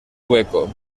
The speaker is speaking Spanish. hueco